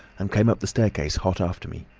and came up the staircase hot after me.